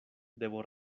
debo